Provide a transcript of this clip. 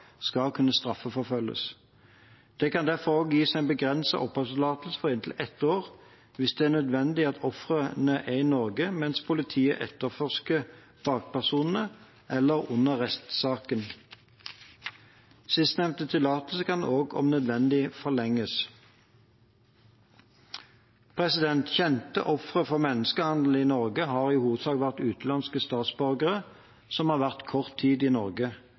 skal kunne straffeforfølges. Det kan derfor også gis en begrenset oppholdstillatelse for inntil ett år hvis det er nødvendig at offeret er i Norge mens politiet etterforsker bakpersonene, eller under rettssaken. Sistnevnte tillatelse kan om nødvendig forlenges. Kjente ofre for menneskehandel i Norge har i hovedsak vært utenlandske statsborgere som har vært kort tid i Norge,